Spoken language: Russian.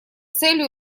целью